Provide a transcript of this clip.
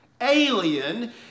alien